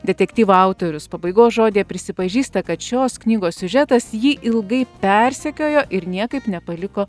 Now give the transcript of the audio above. detektyvų autorius pabaigos žodyje prisipažįsta kad šios knygos siužetas jį ilgai persekiojo ir niekaip nepaliko